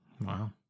Wow